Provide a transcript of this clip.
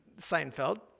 Seinfeld